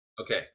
Okay